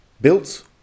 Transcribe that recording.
Built